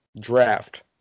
draft